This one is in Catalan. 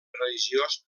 religiós